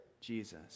Jesus